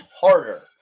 harder